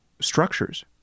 structures